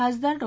खासदार डॉ